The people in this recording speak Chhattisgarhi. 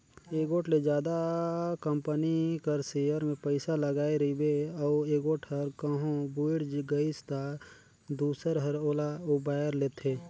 एगोट ले जादा कंपनी कर सेयर में पइसा लगाय रिबे अउ एगोट हर कहों बुइड़ गइस ता दूसर हर ओला उबाएर लेथे